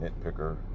nitpicker